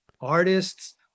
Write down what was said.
artists